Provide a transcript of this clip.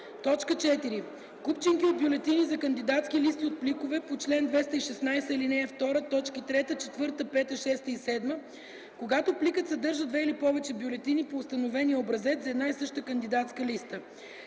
плика; 4. купчинки от бюлетини за кандидатски листи от пликовете по чл. 216, ал. 2, т. 3, 4, 5, 6 и 7; когато пликът съдържа две или повече бюлетини по установения образец за една и съща кандидатска листа,